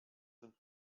sind